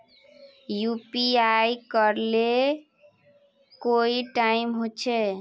UPI करे ले कोई टाइम होचे?